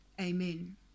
Amen